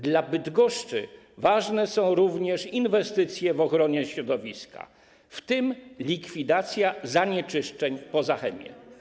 Dla Bydgoszczy ważne są również inwestycje w ochronę środowiska, w tym likwidację zanieczyszczeń po Zachemie.